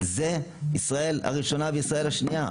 זה ישראל הראשונה וישראל השנייה,